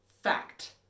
Fact